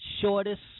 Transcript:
shortest